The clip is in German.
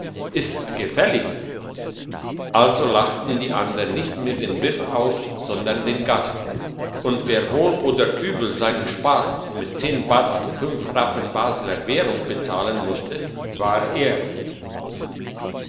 ist's gefällig also lachten die andern nicht mehr den wirt aus sondern den gast und wer wohl oder übel seinen spass mit zehn batzen fünf rappen baseler währung bezahlen musste war er